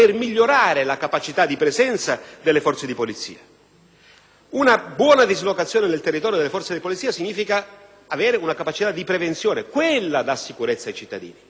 Una buona dislocazione sul territorio delle forze di polizia significa avere capacità di prevenzione. Quella dà sicurezza ai cittadini!